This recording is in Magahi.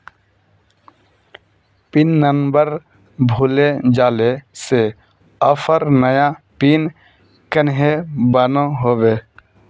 पिन नंबर भूले जाले से ऑफर नया पिन कन्हे बनो होबे?